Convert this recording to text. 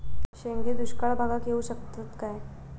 शेंगे दुष्काळ भागाक येऊ शकतत काय?